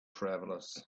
travelers